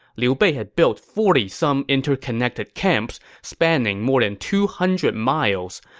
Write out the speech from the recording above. liu bei had built forty some interconnected camps spanning more than two hundred miles,